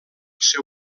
seu